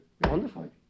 Wonderful